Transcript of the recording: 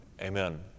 Amen